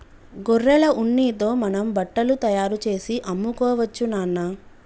గొర్రెల ఉన్నితో మనం బట్టలు తయారుచేసి అమ్ముకోవచ్చు నాన్న